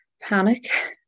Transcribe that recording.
panic